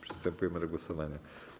Przystępujemy do głosowania.